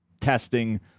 testing